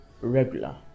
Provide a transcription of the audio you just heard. regular